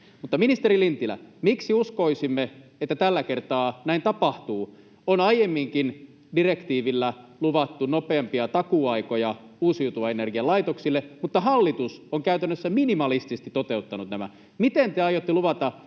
ministeri Lintilä, miksi uskoisimme, että tällä kertaa näin tapahtuu? On aiemminkin direktiivillä luvattu nopeampia takuuaikoja uusiutuvan energian laitoksille, mutta hallitus on käytännössä minimalistisesti toteuttanut nämä. Miten te aiotte luvata,